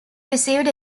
received